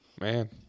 Man